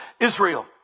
Israel